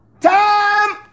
Time